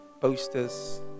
posters